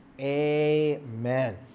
amen